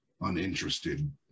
uninterested